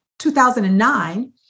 2009